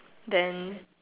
then